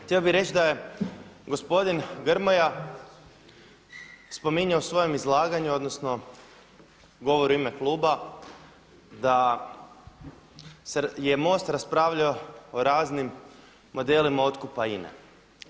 Htio bi reći da je gospodin Grmoja spominje u svojem izlaganju odnosno govori u ime kluba da je MOST raspravljao o raznim modelima otkupa INAE-e.